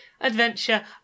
adventure